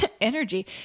energy